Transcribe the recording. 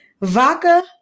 vodka